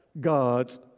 God's